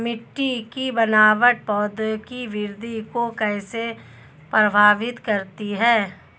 मिट्टी की बनावट पौधों की वृद्धि को कैसे प्रभावित करती है?